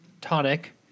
Tonic